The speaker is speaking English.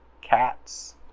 cats